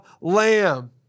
Lamb